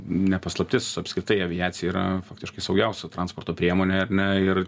ne paslaptis apskritai aviacija yra faktiškai saugiausia transporto priemonė ar ne ir